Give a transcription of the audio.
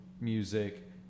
music